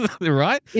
Right